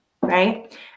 right